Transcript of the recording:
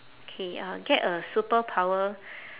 K uh get a superpower